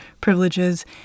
privileges